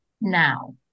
now